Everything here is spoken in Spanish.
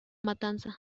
matanza